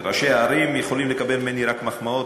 ראשי הערים יכולים לקבל ממני רק מחמאות,